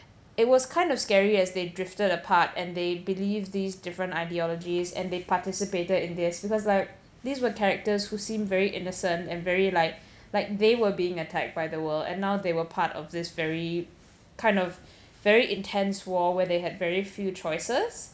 it was kind of scary as they drifted apart and they believed these different ideologies and they participated in this because like these were characters who seem very innocent and very like like they were being attacked by the world and now they were part of this very kind of very intense war where they had very few choices